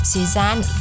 Suzanne